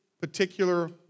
particular